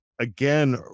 Again